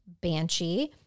banshee